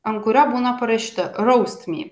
ant kurio būna parašyta raust me